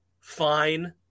fine